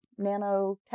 nanotech